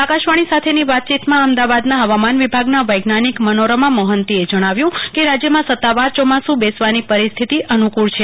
આકાશવાણી સાથેની વાયતીયમાં અમદાવાદના ફવામાન વિભાગના વૈજ્ઞાનિક મનોરમાં મોન્તીએ જણાવ્યુ કે રાજયમાં સત્તાવાર ચોમાસુ બેસવાની પરિસ્થિતિ અનુ કુળ છે